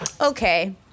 okay